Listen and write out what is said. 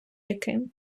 яким